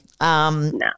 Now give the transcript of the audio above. No